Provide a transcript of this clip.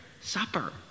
supper